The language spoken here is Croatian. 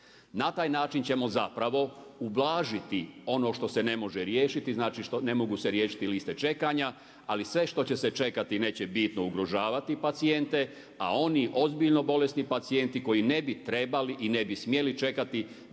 Na taj način ćemo zapravo ublažiti ono što se ne može riješiti, znači ne mogu se riješiti liste čekanja. Ali sve što će se čekati neće bitno ugrožavati pacijente, a oni ozbiljno bolesni pacijenti koji ne bi trebali i ne bi smjeli čekati